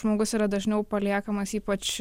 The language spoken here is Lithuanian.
žmogus yra dažniau paliekamas ypač